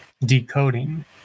decoding